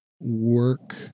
work